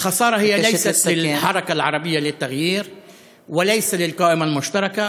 ההפסד הוא לא של התנועה הערבית לשינוי ולא של הרשימה המשותפת,